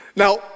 Now